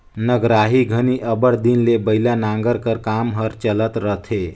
नगराही घनी अब्बड़ दिन ले बइला नांगर कर काम हर चलत रहथे